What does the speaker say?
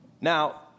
Now